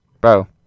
Bro